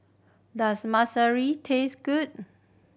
does taste good